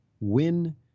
Win